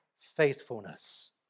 faithfulness